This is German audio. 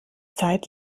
zeit